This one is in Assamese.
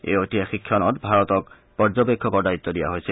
এই ঐতিহাসিক ক্ষণত ভাৰতক পৰ্যবেক্ষকৰ দায়িত দিয়া হৈছিল